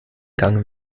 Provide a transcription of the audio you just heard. gang